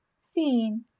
Scene